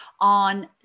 on